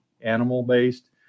animal-based